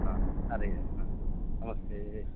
हा हरे हा नमस्ते